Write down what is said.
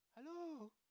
Hello